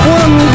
one